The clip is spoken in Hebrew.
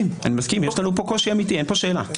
יש לנו פה קושי אמיתי, אין פה שאלה.